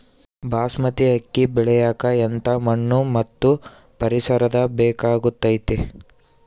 ಬಾಸ್ಮತಿ ಅಕ್ಕಿ ಬೆಳಿಯಕ ಎಂಥ ಮಣ್ಣು ಮತ್ತು ಪರಿಸರದ ಬೇಕಾಗುತೈತೆ?